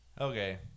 Okay